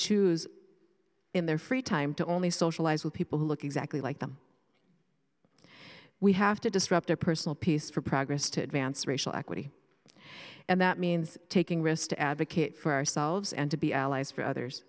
choose in their free time to only socialize with people who look exactly like them we have to disrupt our personal peace for progress to advance racial equity and that means taking risks to advocate for ourselves and to be allies for others